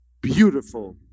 Beautiful